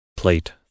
Plate